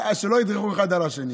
שלא ידרכו אחד על השני.